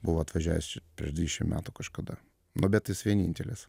buvo atvažiavęs prieš dvidešimt metų kažkada nu bet jis vienintelis